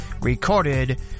recorded